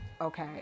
okay